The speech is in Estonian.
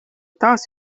taas